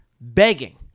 begging